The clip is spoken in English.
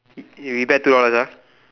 we bet two dollars ah